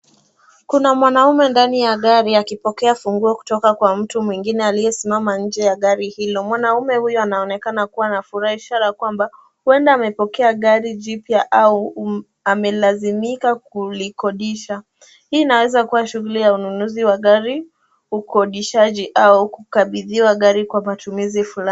Kuna mwanaume ndani ya gari akipokea funguo kutoka kwa mtu mwingine aliyesimama nje ya gari hilo. Mwanaume huyo anaonekana kuwa na furahisho ya kwamba huenda amepokea gari jipya au amelazimika kulikodisha. Hii inaweza kuwa shughuli ya ununuzi wa gari, ukodishaji au kukabidhiwa gari kwa matumizi fulani.